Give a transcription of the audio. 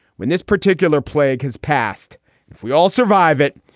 when this particular plague has passed if we all survive it.